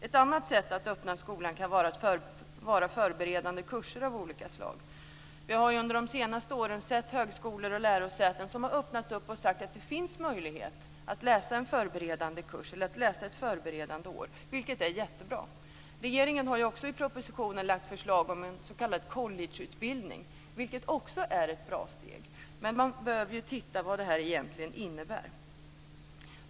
Ett annat sätt att öppna högskolan kan vara förberedande kurser av olika slag. Vi har under de senaste åren hört att högskolor och lärosäten har sagt att det finns möjlighet att läsa en förberedande kurs eller ett förberedande år, vilket är jättebra. Regeringen har också i propositionen lagt fram förslag om en s.k. collegeutbildning, vilket är ett bra steg. Men vi bör undersöka vad det egentligen innebär.